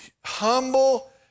humble